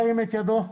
ירים את ידו.